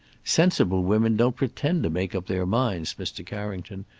sensible women don't pretend to make up their minds, mr. carrington.